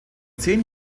zehn